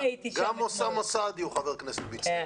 גם אוסאמה סעדי הוא חבר כנסת מצטיין.